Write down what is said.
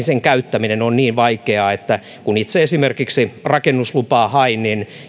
käyttäminen on niin vaikeaa että kun itse esimerkiksi rakennuslupaa hain